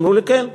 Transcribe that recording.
אמרו לי: כן.